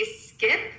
skip